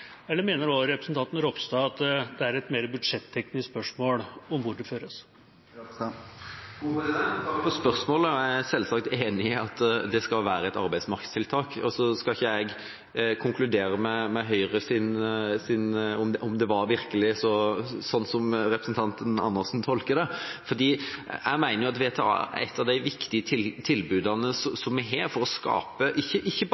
eller mener også representanten Ropstad at det er et mer budsjetteknisk spørsmål, om hvor det føres? Takk for spørsmålet. Jeg er selvsagt enig i at det skal være et arbeidsmarkedstiltak, og så skal ikke jeg konkludere med om Høyres svar virkelig var sånn som representanten Andersen tolker det. Jeg mener at VTA er et av de viktige tilbudene som vi har, ikke bare